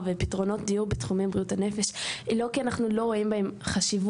ופתרונות דיור בתחומי בריאות הנפש היא לא כי אנחנו לא רואים בהם חשיבות.